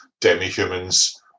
demi-humans